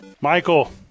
Michael